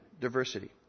diversity